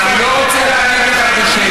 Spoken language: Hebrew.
אני לא רוצה להגיד לך שזה שקר.